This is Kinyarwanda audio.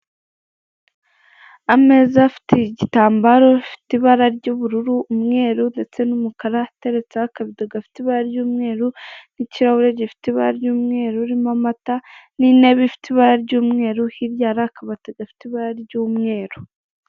Ameza afite igitambaro afite ibara ry'ubururu, umweru ndetse n'umukara ateretseho akabido gafite ibara ry'umweru n'ikirahure gifite ibara ry'umweru urimo amata n'intebe ifite ibara ry'umweru hirya hari akabati gafite ibara ry'umweru.